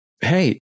hey